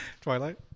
Twilight